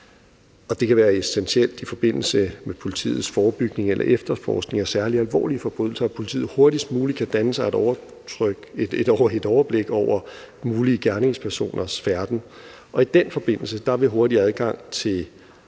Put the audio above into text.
Det kan være essentielt i forbindelse med politiets forebyggelse eller efterforskning af særligt alvorlige forbrydelser, at politiet hurtigst muligt kan danne sig et overblik over mulige gerningspersoners færden. I den forbindelse vil hurtig adgang til andre